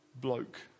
bloke